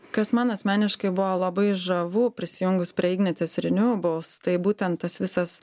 kas man asmeniškai buvo labai žavu prisijungus prie ignitis renewables tai būtent tas visas